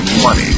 Money